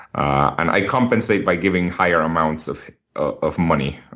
and i compensate by giving higher amounts of ah of money.